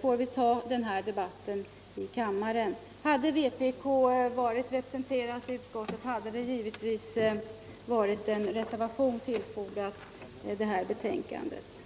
får vi ta den här debatten i kammaren. Hade vpk varit representerat I utskottet hade det givetvis varit en reservation fogad till betänkandet.